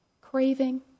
craving